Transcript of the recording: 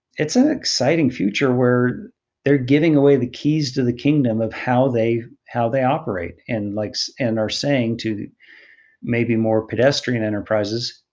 it's an exciting future where they're giving away the keys to the kingdom of how they how they operate and like so and are saying to may be more pedestrian enterprises,